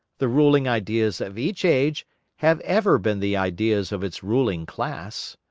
the ruling ideas of each age have ever been the ideas of its ruling class.